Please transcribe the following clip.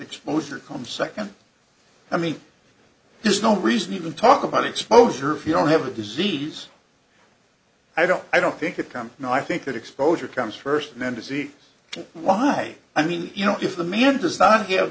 exposure comes second i mean there's no reason to even talk about exposure if you don't have a disease i don't i don't think it comes and i think that exposure comes first and then disease why i mean you know if the man does not h